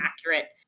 accurate